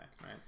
right